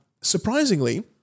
Surprisingly